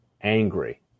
angry